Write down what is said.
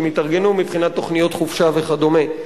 יתארגנו מבחינת תוכניות חופשה וכדומה,